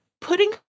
putting